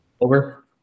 Over